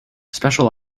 special